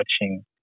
watching